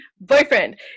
boyfriend